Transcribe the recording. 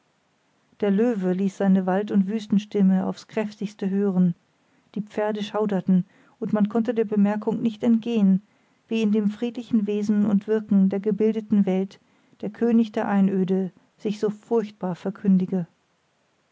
der löwe ließ seine wald und wüstenstimme aufs kräftigste hören die pferde schauderten und man konnte der bemerkung nicht entgehen wie in dem friedlichen wesen und wirken der gebildeten welt der könig der einöde sich so furchtbar verkündige